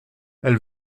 elle